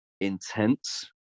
intense